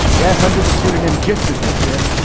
yes. under the pseudonym gister gister,